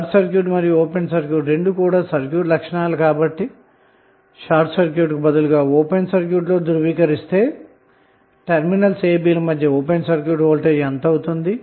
short circuit మరియు open circuit రెండూ కూడా సర్క్యూట్ లక్షణాలే కాబట్టి ఒక వేళ మీరు షార్ట్ సర్క్యూట్ గాకుండా ఓపెన్ సర్క్యూట్తో అదే భావనను ధృవీకరిస్తే టెర్మినల్స్ a b ల మధ్య ఓపెన్ సర్క్యూట్ వోల్టేజ్ యెంత అవుతుంది